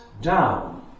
down